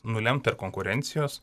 nulemta konkurencijos